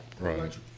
Right